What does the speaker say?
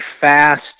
fast